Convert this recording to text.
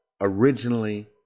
originally